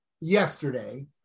yesterday